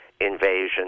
invasion